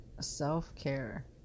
self-care